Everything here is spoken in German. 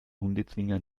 hundezwinger